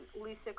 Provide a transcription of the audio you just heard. Lisa